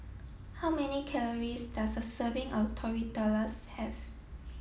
how many calories does a serving of Tortillas have